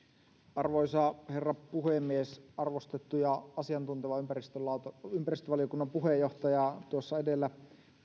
arvoisa herra puhemies arvostettu ja asiantunteva ympäristövaliokunnan ympäristövaliokunnan puheenjohtaja tuossa edellä